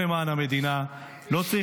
כך נמנע מצב שבו לוחמים משוחררים נתקלים